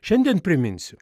šiandien priminsiu